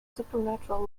supernatural